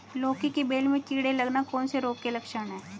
लौकी की बेल में कीड़े लगना कौन से रोग के लक्षण हैं?